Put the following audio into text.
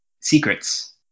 secrets